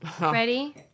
Ready